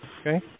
Okay